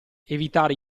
evitare